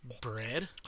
bread